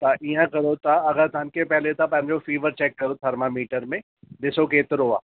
त ईअं करो तव्हां अगरि तव्हांखे पहले तव्हां पंहिंजो फ़ीवर चेक करो थर्मामीटर में ॾिसो केतिरो आहे